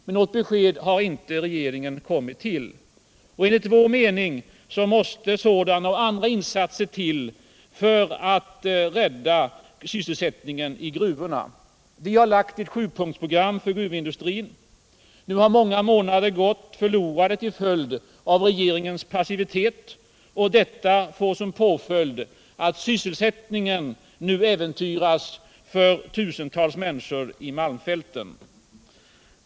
Men något besked har regeringen emellertid inte kommit till. Enligt vår mening måste sådana och andra insatser göras för att rädda sysselsättningen i gruvorna. Vi har lagt fram ett 7 punktsprogram för gruvindustrin. Nu har många månader gått förlorade till följd av regeringens passivitet. Detta får som påföljd att sysselsättningen nu äventyras för tusentals människor i malmfälten.